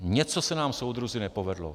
Něco se nám, soudruzi, nepovedlo.